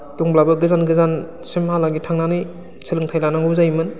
दंब्लाबो गोजान गोजानसिमहालागि थांनानै सोलोंथाइ लानांगौ जायोमोन